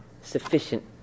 sufficient